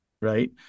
Right